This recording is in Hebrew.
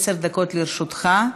עשר דקות לרשותך.